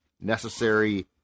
necessary